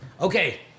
Okay